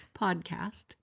podcast